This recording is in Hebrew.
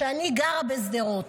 שאני גרה בשדרות,